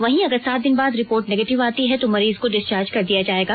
वहीं अगर सात दिन बाद रिपोर्ट निगेटिव आती है तो मरीज को डिस्चार्ज कर दिया जायेगा